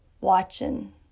watching